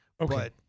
Okay